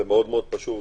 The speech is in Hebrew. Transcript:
זה מאוד פשוט